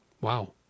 Wow